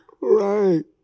Right